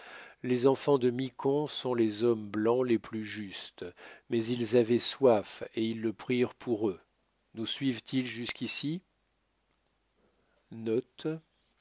les enfants de mic sont les hommes blancs les plus justes mais ils avaient soif et ils le prirent pour eux nous suivent ils jusqu'ici